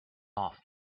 off